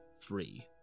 three